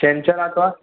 छंछरु आर्तवारु